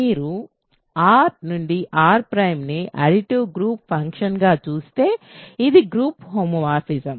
మీరు R R ǀని additive group ఫంక్షన్గా చూస్తే ఇది గ్రూప్ హోమోమార్ఫిజం